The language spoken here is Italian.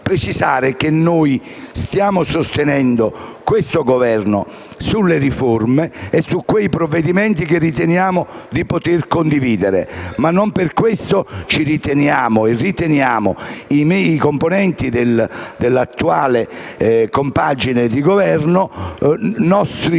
che noi stiamo sostenendo questo Governo sulle riforme e su quei provvedimenti che riteniamo di poter condividere, ma non per questo riteniamo i componenti dell'attuale compagine di Governo nostre